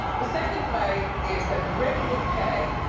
the second way is that rick would pay